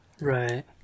right